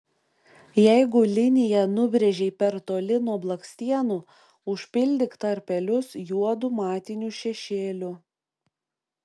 jeigu liniją nubrėžei per toli nuo blakstienų užpildyk tarpelius juodu matiniu šešėliu